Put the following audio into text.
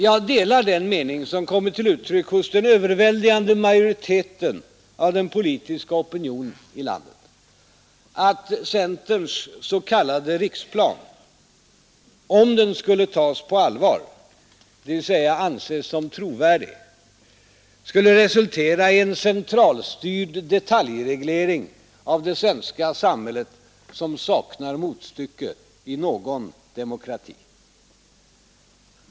Jag delar den mening som kommit till uttryck hos den överväldigande majoriteten av den politiska opinionen i landet att centerns s.k. riksplan — om den skulle tas på allvar, dvs. anses som trovärdig — skulle resultera i en centralstyrd detaljreglering av det svenska samhället som saknar motstycke i någon demokrati.